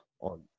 on